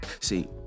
See